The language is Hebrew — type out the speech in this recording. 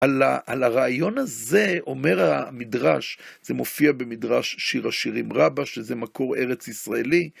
על הרעיון הזה אומר המדרש, זה מופיע במדרש שיר השירים רבה, שזה מקור ארץ ישראלי.